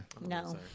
No